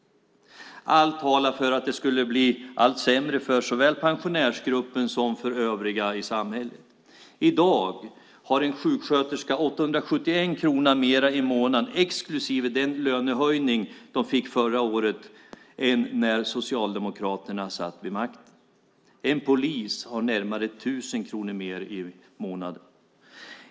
Allt talar för att det skulle bli allt sämre för såväl pensionärsgruppen som för övriga i samhället. I dag har en sjuksköterska 871 kronor mer i månaden, exklusive den lönehöjning sjuksköterskorna fick förra året, än när Socialdemokraterna satt vid makten. En polis har närmare 1 000 kronor mer i månaden.